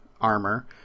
armor